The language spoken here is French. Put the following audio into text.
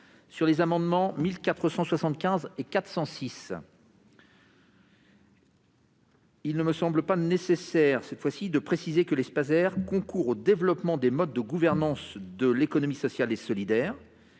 sur les amendements n 1475 et 406. Il ne semble pas non plus nécessaire de préciser que les Spaser concourent au développement des modes de gouvernance de l'économie sociale et solidaire.